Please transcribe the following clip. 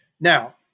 now